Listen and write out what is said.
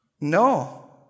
No